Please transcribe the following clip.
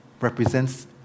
represents